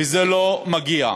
וזה לא מגיע.